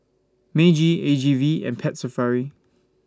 Meiji A G V and Pet Safari